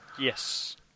Yes